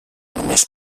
només